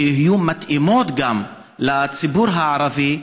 שיהיו מתאימים גם לציבור הערבי,